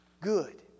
good